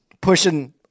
pushing